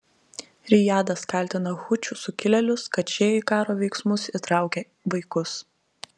rijadas kaltina hučių sukilėlius kad šie į karo veiksmus įtraukia vaikus